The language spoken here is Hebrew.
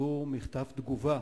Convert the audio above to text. שכתבו מכתב תגובה